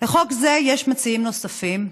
לחוק זה יש מציעים נוספים,